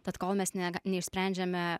tad kol mes neg neišsprendžiame